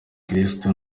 kristo